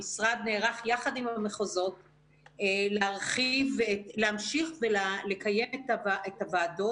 המשרד נערך יחד עם המחוזות להמשיך ולקיים את הוועדות.